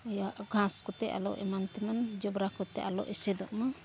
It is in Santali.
ᱭᱟ ᱜᱷᱟᱸᱥ ᱠᱚᱛᱮ ᱟᱞᱚ ᱮᱢᱟᱱ ᱛᱮᱢᱟᱱ ᱡᱚᱵᱽᱨᱟ ᱠᱚᱛᱮ ᱟᱞᱚ ᱮᱥᱮᱫᱚᱜ ᱢᱟ